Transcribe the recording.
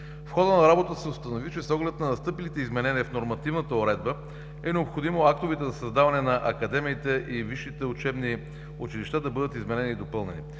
В хода на работа се установи, че с оглед на настъпилите изменения в нормативната уредба е необходимо актовете за създаване на академиите и висшите учебни училища да бъдат изменени и допълнени.